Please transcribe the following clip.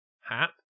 Hat